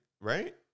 right